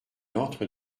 entre